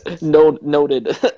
noted